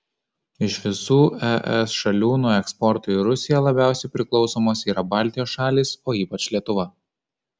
iš visų es šalių nuo eksporto į rusiją labiausiai priklausomos yra baltijos šalys o ypač lietuva